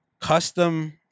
custom